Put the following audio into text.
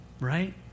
Right